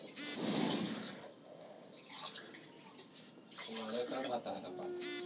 खेती में कउनो भी तरह के रासायनिक उर्वरक के ना डालल जाला